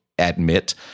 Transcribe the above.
admit